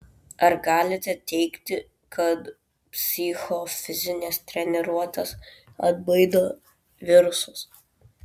ar galite teigti kad psichofizinės treniruotės atbaido virusus